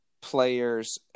players